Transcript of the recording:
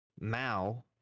Mao